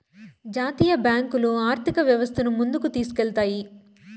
జాతీయ బ్యాంకులు ఆర్థిక వ్యవస్థను ముందుకు తీసుకెళ్తాయి